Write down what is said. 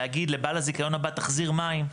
להגיד לבעל הזיכיון הבא תחזיר מים,